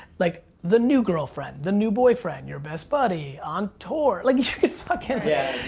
like, the new girlfriend, the new boyfriend, your best buddy, on tour, like you could fuckin yeah.